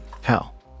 Hell